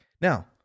Now